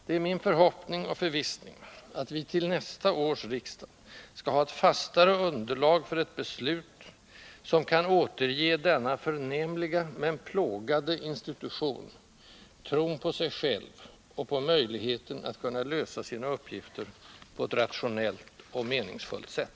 Det är min förhoppning — och förvissning — att vi till nästa riksmöte skall ha ett fastare underlag för ett beslut, som kan återge denna förnämliga, men plågade, institution tron på sig själv och på möjligheten att lösa sina uppgifter på ett rationellt och meningsfullt sätt.